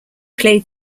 played